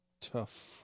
tough